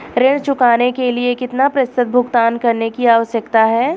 ऋण चुकाने के लिए कितना प्रतिशत भुगतान करने की आवश्यकता है?